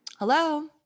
Hello